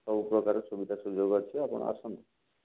ସବୁ ପ୍ରକାର ସୁବିଧା ସୁଯୋଗ ଅଛି ଆପଣ ଆସନ୍ତୁ